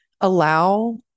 allow